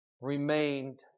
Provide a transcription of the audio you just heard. remained